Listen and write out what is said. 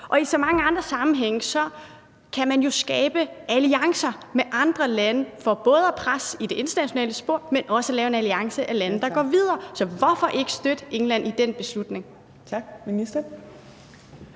som i så mange andre sammenhænge kan man jo skabe alliancer med andre lande for at presse på i det internationale spor, men man kan også lave en alliance af lande, der går videre. Så hvorfor ikke støtte England i den beslutning? Kl.